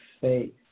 faith